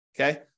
Okay